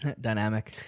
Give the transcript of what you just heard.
dynamic